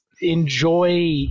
enjoy